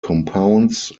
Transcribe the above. compounds